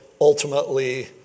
ultimately